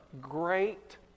great